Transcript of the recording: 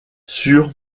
sur